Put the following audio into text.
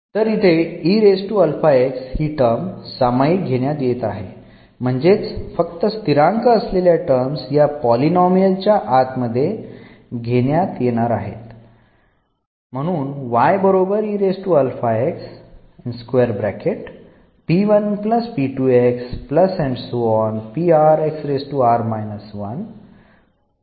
तर इथे ही टर्म सामायिक घेण्यात येत आहे म्हणजेच फक्त स्थिरांक असलेल्या टर्म्स या पॉलीनोमिल च्या आत मध्ये येणार आहेत